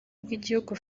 bw’igihugu